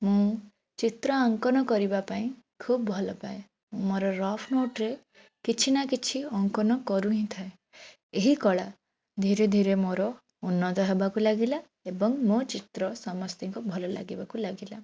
ମୁଁ ଚିତ୍ରାଙ୍କନ କରିବା ପାଇଁ ଖୁବ ଭଲପାଏ ମୋର ରଫ୍ନୋଟ୍ରେ କିଛିନା କିଛି ଅଙ୍କନ କରୁ ହିଁ ଥାଏ ଏହି କଳା ଧୀରେ ଧୀରେ ମୋର ଉନ୍ନତ ହେବାକୁ ଲାଗିଲା ଏବଂ ମୋ ଚିତ୍ର ସମସ୍ତଙ୍କୁ ଭଲ ଲାଗିବାକୁ ଲାଗିଲା